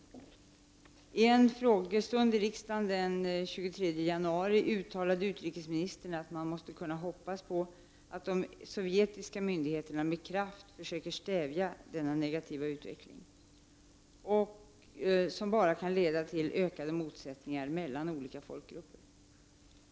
Under en frågestund i riksdagen den 23 januari uttalade utrikesministern att man måste kunna hoppas på att de sovjetiska myndigheterna med kraft försöker stävja denna negativa utveckling, som bara kan leda till ökade motsättningar mellan olika folkgrupper.